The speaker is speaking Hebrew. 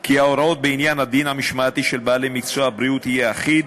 כי ההוראות בעניין הדין המשמעתי של בעלי מקצוע בריאות יהיו אחידות,